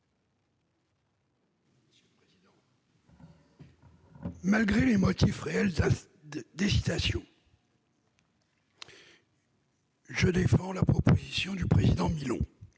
Malgré des motifs réels d'hésitation, je défends la proposition du président Milon